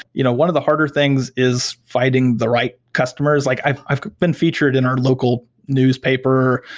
you know one of the harder things is finding the right customers. like i've i've been featured in our local newspaper,